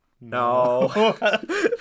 No